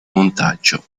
montaggio